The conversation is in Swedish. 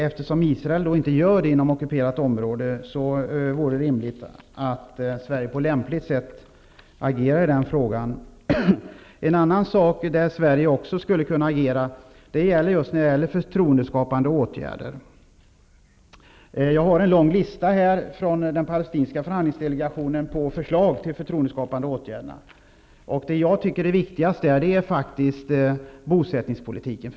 Eftersom Israel inte gör det inom ockuperat område vore det rimligt att Sverige på lämpligt sätt agerade i den frågan. Sverige skulle också kunna agera när det gäller förtroendeskapande åtgärder. Jag har en lång lista från den palestinska förhandlingsdelegationen med föslag till förtroendeskapande åtgärder. Det jag tycker är viktigast där är faktiskt bosättingspolitiken.